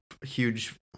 huge